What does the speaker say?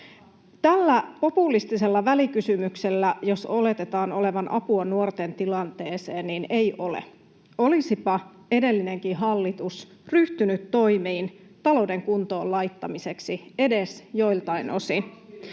tällä populistisella välikysymyksellä oletetaan olevan apua nuorten tilanteeseen, niin ei ole. Olisipa edellinenkin hallitus ryhtynyt toimiin talouden kuntoon laittamiseksi edes joiltakin osin.